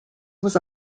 was